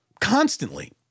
Constantly